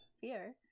Fear